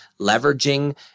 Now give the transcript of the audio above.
leveraging